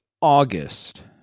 August